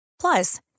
Plus